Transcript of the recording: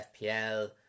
FPL